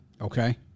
Okay